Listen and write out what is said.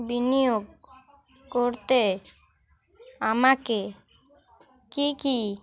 বিনিয়োগ করতে আমাকে কী কী